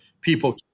people